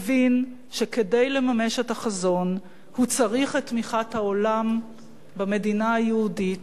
הבין שכדי לממש את החזון הוא צריך את תמיכת העולם במדינה היהודית,